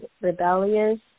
rebellious